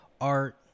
art